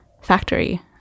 factory